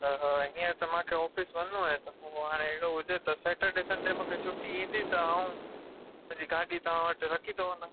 त हीअंर त मूंखे ऑफ़िस वञिणो आहे त पोइ हाणे अहिड़ो हुजे त सेटरडे संडे मूंखे छुट्टी ईंदी त ऐं पंहिंजी गाॾी तव्हां वटि रखी थो वञा